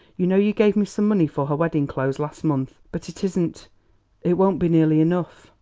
you know you gave me some money for her wedding clothes last month but it isn't it won't be nearly enough.